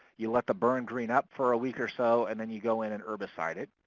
you let the burn green up for a week or so, and then you go in and herbicide it.